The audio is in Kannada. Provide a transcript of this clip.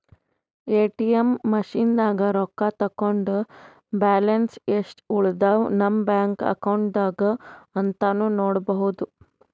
ಎ.ಟಿ.ಎಮ್ ಮಷಿನ್ದಾಗ್ ರೊಕ್ಕ ತಕ್ಕೊಂಡ್ ಬ್ಯಾಲೆನ್ಸ್ ಯೆಸ್ಟ್ ಉಳದವ್ ನಮ್ ಬ್ಯಾಂಕ್ ಅಕೌಂಟ್ದಾಗ್ ಅಂತಾನೂ ನೋಡ್ಬಹುದ್